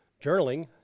Journaling